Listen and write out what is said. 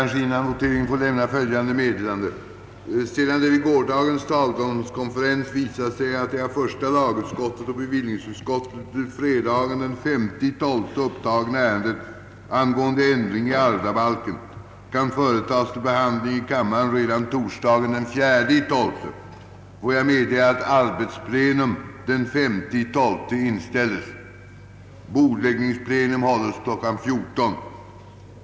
Sedan det vid gårdagens talmanskonferens visat sig att det av första lagutskottet och bevillningsutskottet till fredagen den 5 december upptagna ärendet angående ändring i ärvdabalken kan företagas till behandling i kamrarna redan torsdagen den 4 december, får jag meddela, att arbetsplenum fredagen den 5 december inställes. Bordläggningsplenum hålles kl. 14.00.